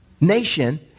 nation